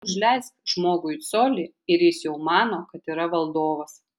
užleisk žmogui colį ir jis jau mano kad yra valdovas